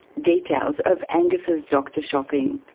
details of angus's doctor shopping.